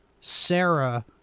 Sarah